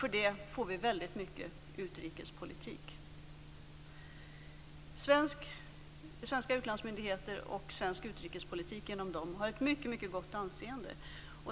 För det får vi väldigt mycket utrikespolitik. Svenska utlandsmyndigheter och svensk utrikespolitik har ett mycket gott anseende.